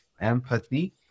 empathy